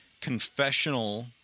confessional